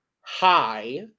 hi